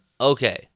okay